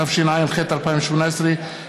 התשע"ח 2018,